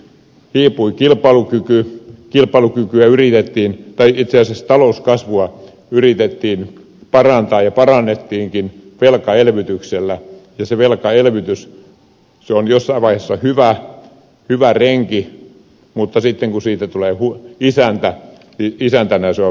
ei voi kilpailukykyä kilpailukykyä yritettiin päivittäisessä talouskasvua yritettiin parantaa ja parannettiinkin velkaelvytyksellä ja se velkaelvytys on jossain vaiheessa hyvä renki mutta sitten kun siitä tulee isäntä niin isäntänä se on varsin huono